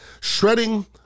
shredding